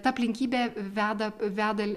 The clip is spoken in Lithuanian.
ta aplinkybė veda veda